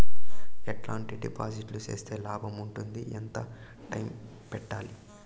ఎట్లాంటి డిపాజిట్లు సేస్తే లాభం ఉంటుంది? ఎంత టైము పెట్టాలి?